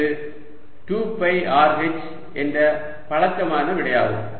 அது 2 pi R h என்ற பழக்கமான விடையாகும்